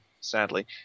sadly